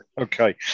Okay